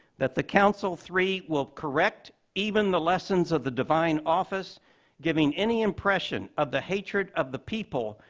that the council, three, will correct even the lessons of the divine office giving any impression of the hatred of the people,